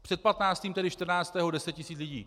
Před patnáctým, tedy čtrnáctého, 10 tisíc lidí.